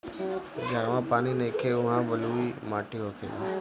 जहवा पानी नइखे उहा बलुई माटी होखेला